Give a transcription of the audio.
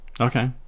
Okay